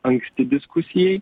anksti diskusijai